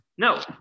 No